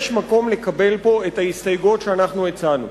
יש מקום לקבל פה את ההסתייגויות שאנחנו הצענו,